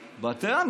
וכל זה בחסות מי?